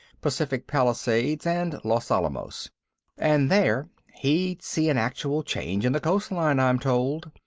pacific palisades, and los alamos and there he'd see an actual change in the coastline, i'm told,